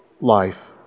life